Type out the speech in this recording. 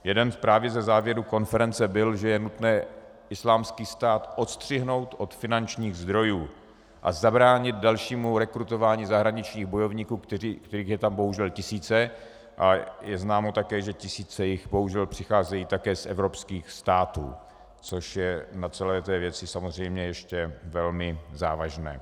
Jeden právě ze závěrů konference byl, že je nutné Islámský stát odstřihnout od finančních zdrojů a zabránit dalšímu rekrutování zahraničních bojovníků, kterých jsou tam bohužel tisíce, a je známo také, že tisíce jich bohužel přicházejí také z evropských států, což je na celé té věci samozřejmě ještě velmi závažnější.